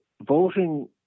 voting